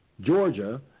Georgia